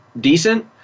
decent